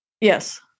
yes